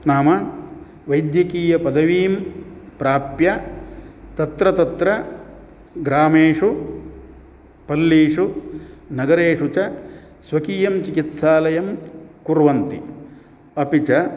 नाम वैद्यकीयपदवीं प्राप्य तत्र तत्र ग्रामेषु पल्लीषु नगरेषु च स्वकीयं चिकित्सालयं कुर्वन्ति अपि च